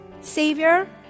Savior